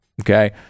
Okay